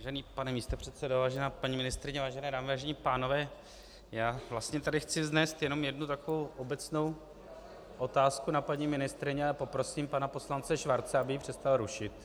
Vážený pane místopředsedo, vážená paní ministryně, vážené dámy, vážení pánové, já vlastně tady chci vznést jenom jednu takovou obecnou otázku na paní ministryni a poprosím pana poslance Schwarze, aby přestal rušit.